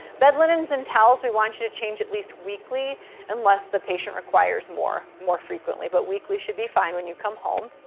bed linens and towels we want you to change at least weekly unless the patient requires more, more frequently. but weekly should be fine when you come home.